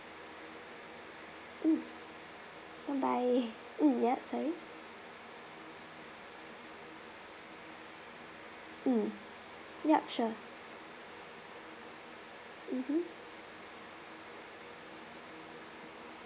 mm bye bye mm ya sorry mm ya sure mmhmm